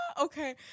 okay